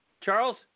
Charles